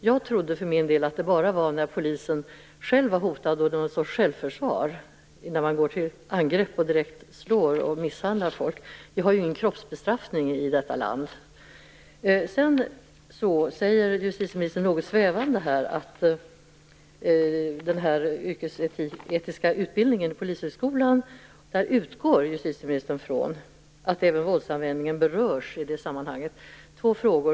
Jag trodde för min del att det bara var när polisen själv var hotad och att det var något sorts självförsvar innan man går till angrepp och direkt slår och misshandlar folk. Vi har ingen kroppsbestraffning i detta land. Sedan säger justitieministern något svävande att hon utgår från att även våldsanvändningen berörs i den yrkesetiska utbildningen vid Polishögskolan. Jag har två frågor.